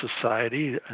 society